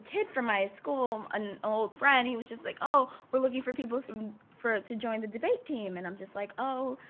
kid for my school, an old friend, he was just like, oh, we're looking for people for to join the debate team. and i'm just like, oh,